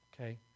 Okay